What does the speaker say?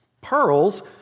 pearls